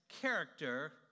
character